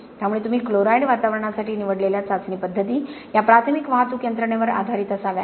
त्यामुळे तुम्ही क्लोराइड वातावरणासाठी निवडलेल्या चाचणी पद्धती या प्राथमिक वाहतूक यंत्रणेवर आधारित असाव्यात